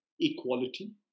equality